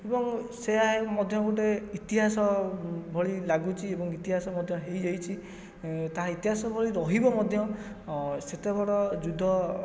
ଏବଂ ସେଇଆ ମଧ୍ୟ ଗୋଟିଏ ଇତିହାସ ଭଳି ଲାଗୁଛି ଏବଂ ଇତିହାସ ମଧ୍ୟ ହୋଇଯାଇଛି ତାହା ଇତିହାସ ଭଳି ରହିବ ମଧ୍ୟ ସେତେ ବଡ଼ ଯୁଦ୍ଧ